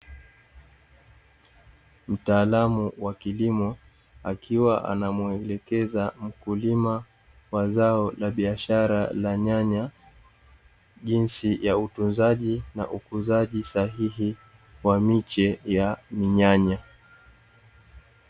Mtaalamu wa kilimo akiwa anamuelekeza mkulima wa zao la biashara la nyanya jinsi ya utunzaji na ukuzaji sahihi kwa miche ya minyanya.